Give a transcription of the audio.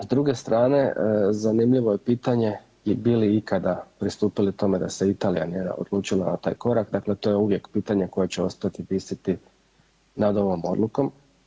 S druge strane zanimljivo je pitanje i bi li ikada pristupili tome da se Italija nije odlučila na taj korak, dakle to je uvijek pitanje koje će ostati visiti nad ovom odlukom.